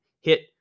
hit